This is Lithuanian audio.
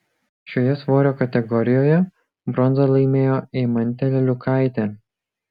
šioje svorio kategorijoje bronzą laimėjo eimantė leliukaitė